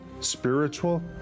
spiritual